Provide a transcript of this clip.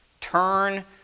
Turn